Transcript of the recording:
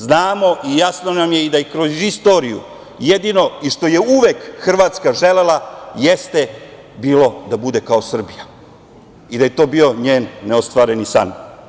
Znamo i jasno nam je i da kroz istoriju jedino i što je uvek Hrvatska želela, jeste bilo da bude kao Srbija i da je to bio njen neostvareni san.